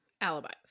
alibis